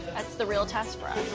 that's the real test for